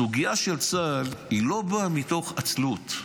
הסוגיה של צה"ל לא באה מתוך עצלות,